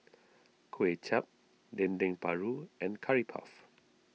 Kuay Chap Dendeng Paru and Curry Puff